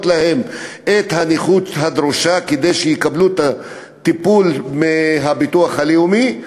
להם את הנכות הדרושה כדי שיקבלו את הטיפול מהביטוח הלאומי,